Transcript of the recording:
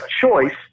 choice